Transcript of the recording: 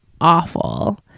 awful